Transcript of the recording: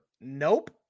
Nope